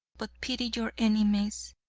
but pity your enemies,